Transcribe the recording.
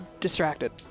distracted